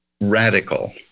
Radical